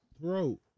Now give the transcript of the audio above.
throat